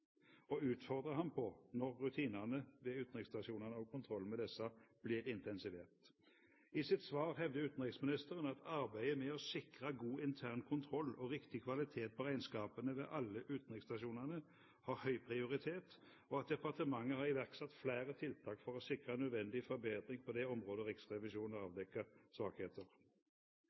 og inntektsområdet er nevnt, og utfordrer ham på når rutinene ved utenriksstasjonene og kontrollen med disse blir intensivert. I sitt svar hevder utenriksministeren: «Arbeidet med å sikre god intern kontroll og riktig kvalitet på regnskapene ved alle disse stasjonene har høy prioritet, og departementet har iverksatt flere tiltak for å sikre nødvendig forbedring på de områder Riksrevisjonen har avdekket svakheter.»